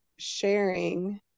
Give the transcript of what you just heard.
sharing